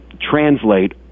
translate